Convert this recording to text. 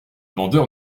vendeur